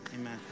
amen